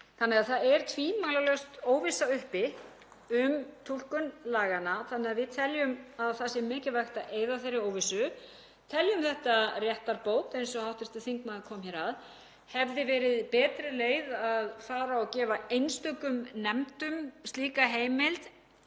Það er því tvímælalaust óvissa uppi um túlkun laganna og við teljum mikilvægt að eyða þeirri óvissu, teljum þetta réttarbót eins og hv. þingmaður kom hér að. Hefði verið betri leið að fara að gefa einstökum nefndum slíka heimild?